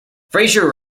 fraser